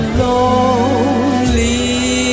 lonely